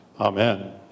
Amen